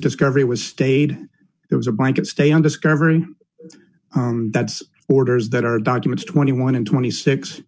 discovery was stayed it was a blanket stay on discovery that orders that our documents twenty one and twenty six